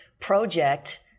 project